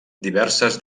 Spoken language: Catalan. diverses